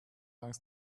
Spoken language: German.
angst